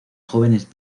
jóvenes